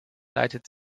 leitet